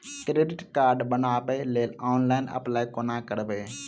Credit card बनाबै लेल online apply कोना करबै?